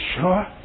sure